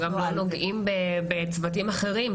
אנחנו גם לא נוגעים בצוותים אחרים.